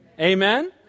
Amen